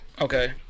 Okay